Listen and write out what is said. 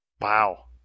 Wow